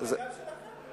מה, גם אולגה שלכם?